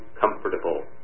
comfortable